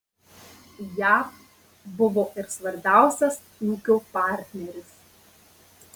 jav buvo ir svarbiausias ūkio partneris